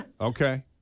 Okay